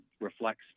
reflects